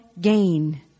gain